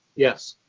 yes.